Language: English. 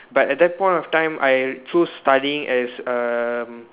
but at that point of time I choose studying as um